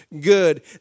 good